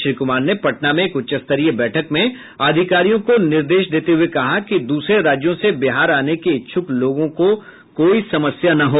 श्री कुमार ने पटना में एक उच्चस्तरीय बैठक में अधिकारियों को निर्देश देते हुये कहा कि दूसरे राज्यों से बिहार आने के इच्छुक लोगों को कोई समस्या न हो